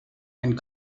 and